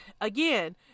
again